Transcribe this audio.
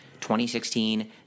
2016